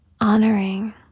honoring